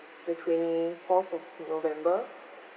the twenty fourth of november